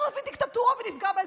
אנחנו נביא דיקטטורה ונפגע באזרחים,